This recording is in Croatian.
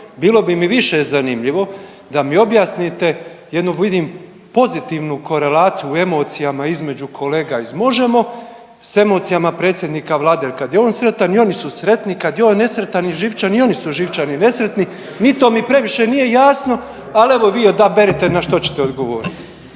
bilo bi mi više zanimljivo da mi objasnite jednu vidim pozitivnu korelaciju u emocijama između kolega iz Možemo! s emocijama predsjednika vlade jer kad je on sretan i oni su sretni, kad je on nesretan i živčan i oni su živčani i nesretni, ni to mi previše nije jasno, al evo vi odaberite na što ćete odgovoriti.